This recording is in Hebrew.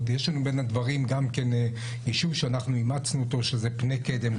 יש לנו בין הדברים גם יישוב שאנחנו אימצנו אותו שזה פני קדם.